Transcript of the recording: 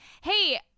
Hey